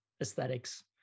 aesthetics